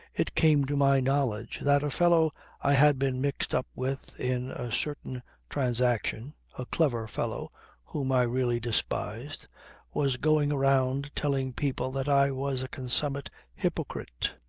it came to my knowledge that a fellow i had been mixed up with in a certain transaction a clever fellow whom i really despised was going around telling people that i was a consummate hypocrite.